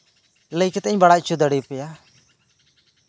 ᱞᱟᱹᱭ ᱠᱟᱛᱮᱜ ᱤᱧ ᱵᱟᱲᱟᱭ ᱦᱚᱪᱚ ᱫᱟᱲᱮ ᱯᱮᱭᱟ